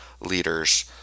leaders